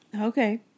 Okay